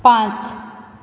पांच